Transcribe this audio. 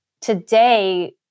today